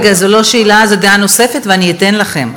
רגע, זו לא שאלה, זו דעה נוספת, ואני אתן לכם.